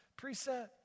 preset